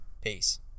Peace